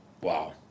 Wow